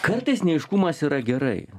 kartais neaiškumas yra gerai